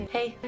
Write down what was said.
Hey